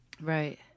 Right